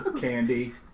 candy